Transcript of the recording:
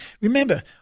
Remember